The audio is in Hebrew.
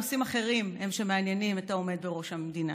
נושאים אחרים הם שמעניינים את העומד בראש המדינה.